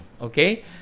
okay